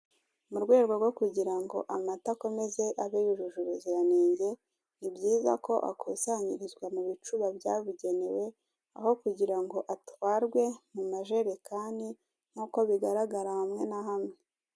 Mu rwego rwo kigirango amata akomeze abe yujuje ubuziranenge, ni byiza ko akusanyirizwa mu bicuba byabugenewe aho kugira ngo atwarwe mu majerekani nkuko bigaragara hamwe na hamwe.